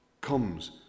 comes